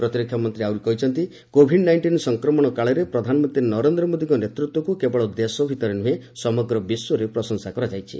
ପ୍ରତିରକ୍ଷାମନ୍ତ୍ରୀ ଆହୁରି କହିଛନ୍ତି କୋଭିଡ୍ ନାଇକ୍ଷିନ୍ ସଂକ୍ରମଣ କାଳରେ ପ୍ରଧାନମନ୍ତ୍ରୀ ନରେନ୍ଦ୍ର ମୋଦୀଙ୍କ ନେତୃତ୍ୱକୁ କେବଳ ଦେଶ ଭିତରେ ନୁହେଁ ସମଗ୍ର ବିଶ୍ୱରେ ପ୍ରଶଂସା କରାଯାଇଛି